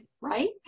right